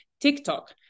TikTok